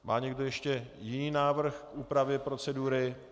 Má někdo ještě jiný návrh k úpravě procedury?